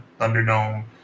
Thunderdome